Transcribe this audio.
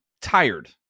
tired